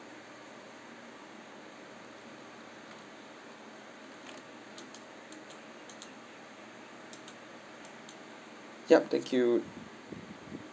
yup thank you